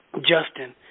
Justin